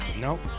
Nope